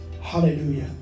Hallelujah